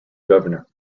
governor